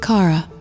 Kara